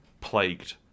plagued